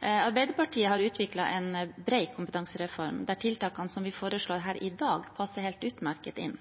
Arbeiderpartiet har utviklet en bred kompetansereform der tiltakene som vi foreslår her i dag, passer helt utmerket inn.